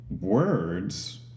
words